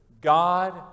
God